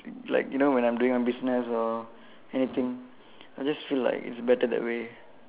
like you know when I'm doing my business or anything I just feel like it's better that way